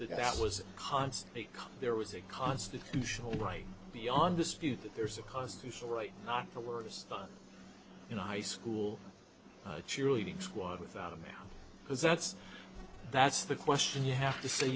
the guy that was const because there was a constitutional right beyond dispute that there's a constitutional right not to work is done in a high school cheerleading squad without a map because that's that's the question you have to say